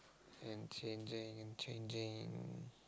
and changing and changing